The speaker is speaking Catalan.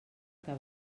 que